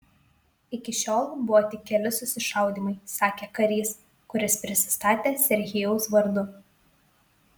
iki šiol buvo tik keli susišaudymai sakė karys kuris prisistatė serhijaus vardu